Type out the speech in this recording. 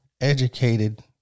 educated